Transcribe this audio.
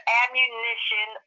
ammunition